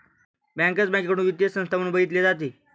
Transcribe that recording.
bankers बँकेकडे वित्तीय संस्था म्हणून बघितले जाते